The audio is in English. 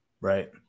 Right